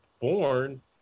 born